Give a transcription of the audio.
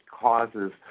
causes